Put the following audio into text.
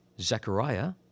Zechariah